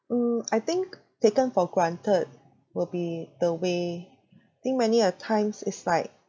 mm I think taken for granted will be the way think many a times it's like